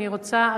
אני רוצה,